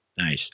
Nice